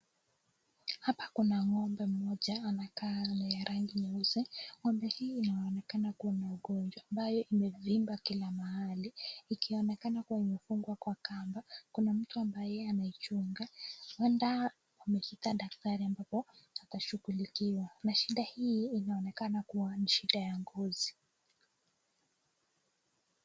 Hapa kuna ng'ombe mmoja anakaa na rangi nyeusi. Ng'ombe hii inaonekana kuna ugonjwa. Mba imevimba kila mahali. Ikionekana kuwa imefungwa kwa kamba. Kuna mtu ambaye anaichunga. Wendaa amekita daktari ambapo atashughulikiwa. Na shida hii inaonekana kuwa ni shida ya ngozi.